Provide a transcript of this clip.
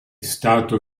stato